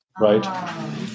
right